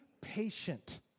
patient